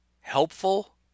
helpful